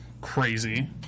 crazy